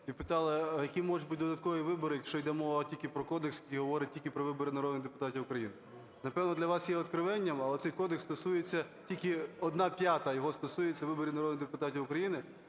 і питали, а які можуть бути додаткові вибори, якщо йде мова тільки про кодекс, який говорить тільки про вибори народних депутатів України? Напевно, для вас є одкровенням, але цей кодекс стосується, тільки одна п'ята його стосується виборів народних депутатів України.